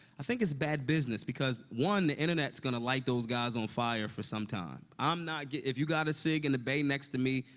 i think it's bad business because, one, the internet's gonna light those guys on fire for some time. i'm not get if you got a sig in the bay next to me,